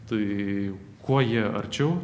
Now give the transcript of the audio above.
tai kuo jie arčiau